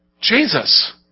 Jesus